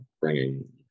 bringing